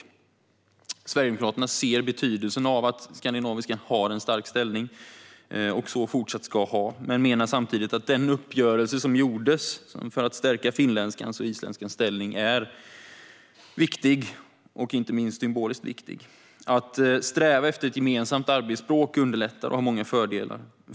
Sverigedemokraterna ser betydelsen av att skandinaviskan har en stark ställning och fortsatt ska ha det, men menar samtidigt att den uppgörelse som gjordes för att stärka finskans och isländskans ställning är viktig, inte minst symboliskt. Att sträva efter ett gemensamt arbetsspråk underlättar och har många fördelar.